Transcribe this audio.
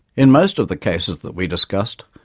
in most of the cases that we discussed,